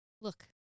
Look